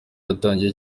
yatangiye